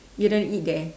you don't want to eat there